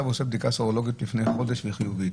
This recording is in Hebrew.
ועכשיו הוא עושה בדיקה סרולוגית לפני חודש והיא חיובית,